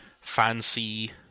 fancy